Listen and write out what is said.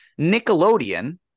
Nickelodeon